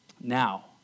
Now